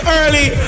early